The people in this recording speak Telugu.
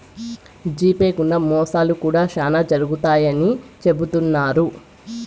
జీపే గుండా మోసాలు కూడా శ్యానా జరుగుతాయని చెబుతున్నారు